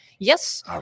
Yes